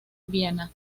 viena